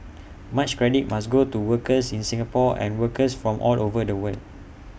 much credit must go to workers in Singapore and workers from all over the world